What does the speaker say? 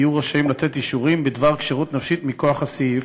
יהיו רשאים לתת אישורים בדבר כשירות נפשית מכוח הסעיף.